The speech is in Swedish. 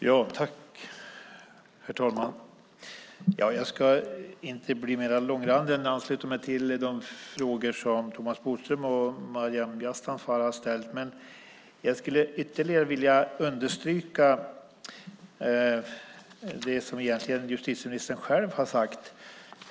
Herr talman! Jag ska inte bli mer långrandig, utan ansluter mig till de frågor som Thomas Bodström och Maryam Yazdanfar har ställt. Men jag skulle ytterligare vilja understryka det som egentligen justitieministern själv har sagt.